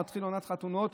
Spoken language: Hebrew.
מתחילה עונת חתונות.